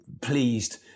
pleased